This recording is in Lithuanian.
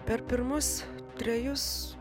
per pirmus trejus